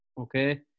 Okay